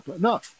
No